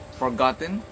forgotten